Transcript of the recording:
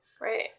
right